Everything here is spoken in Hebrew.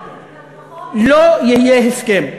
לא יהיה הסכם.